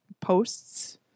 posts